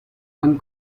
han